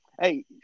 Hey